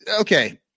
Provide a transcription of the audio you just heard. okay